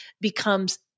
becomes